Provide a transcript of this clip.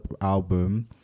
album